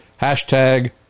hashtag